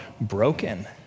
broken